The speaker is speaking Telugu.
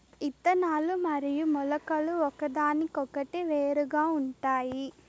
ఇత్తనాలు మరియు మొలకలు ఒకదానికొకటి వేరుగా ఉంటాయి